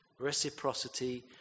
reciprocity